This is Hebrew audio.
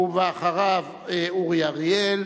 אורי אריאל,